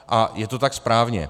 A je to tak správně.